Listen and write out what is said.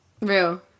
Real